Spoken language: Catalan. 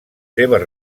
seves